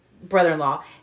Brother-in-law